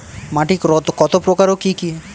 মাটি কত প্রকার ও কি কি?